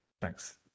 Thanks